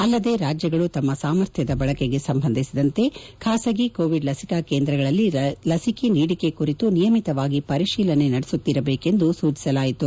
ಅಲ್ಲದೆ ರಾಜ್ಯಗಳು ತಮ್ಮ ಸಾಮರ್ಥ್ಯದ ಬಳಕೆಗೆ ಸಂಬಂಧಿಸಿದಂತೆ ಖಾಸಗಿ ಕೋವಿಡ್ ಲಸಿಕಾ ಕೇಂದ್ರಗಳಲ್ಲಿ ಲಸಿಕೆ ನೀಡಿಕೆ ಕುರಿತು ನಿಯಮಿತವಾಗಿ ಪರಿಶೀಲನೆಗಳನ್ನು ನಡೆಸುತ್ತಿರಬೇಕೆಂದು ಸೂಚಿಸಲಾಯಿತು